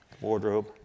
wardrobe